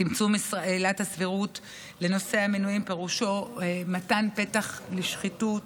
צמצום עילת הסבירות לנושא המינויים פירושו מתן פתח לשחיתות.